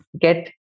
get